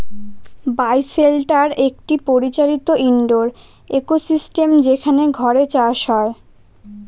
বায় shelter একটি পরিচালিত indoor ecosystem যেখানে ঘরে চাষ হয়